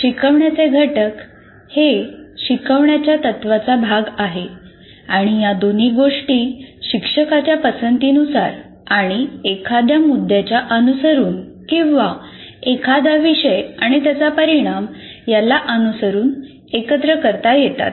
शिकवण्याचे घटक हे शिकवण्याच्या तत्वांचा भाग आहे या दोन्ही गोष्टी शिक्षकाच्या पसंतीनुसार आणि एखाद्या मुद्द्याच्या अनुसरून किंवा एखादा विषय आणि त्याचा परिणाम याला अनुसरून एकत्र करता येतात